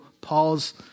Paul's